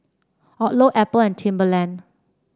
Odlo Apple and Timberland